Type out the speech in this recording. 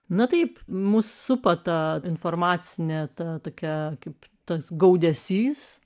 na taip mus supa ta informacinė ta tokia kaip tas gaudesys